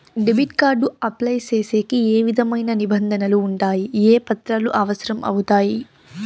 Debit card apply సేసేకి ఏ విధమైన నిబంధనలు ఉండాయి? ఏ పత్రాలు అవసరం అవుతాయి?